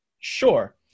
Sure